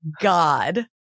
god